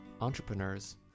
entrepreneurs